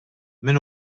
min